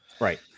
Right